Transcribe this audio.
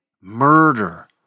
murder